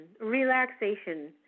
relaxation